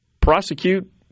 prosecute